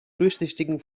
durchsichtigen